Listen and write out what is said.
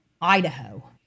Idaho